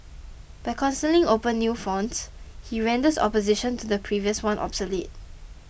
by constantly opening new fronts he renders opposition to the previous one obsolete